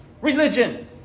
religion